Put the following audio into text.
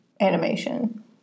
animation